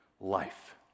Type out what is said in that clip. life